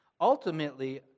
Ultimately